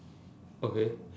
okay